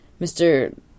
Mr